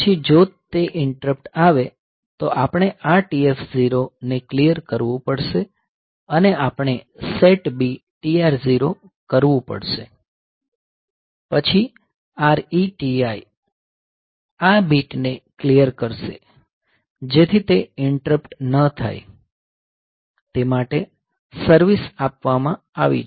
અને પછી જો તે ઇન્ટરપ્ટ આવે તો આપણે આ TF0 ને ક્લીયર કરવું પડશે અને આપણે SETB TR0 કરવું પડશે પછી RETI આ બીટ ને ક્લીયર કરશે જેથી તે ઇન્ટરપ્ટ ન થાય તે માટે સર્વીસ આપવામાં આવી છે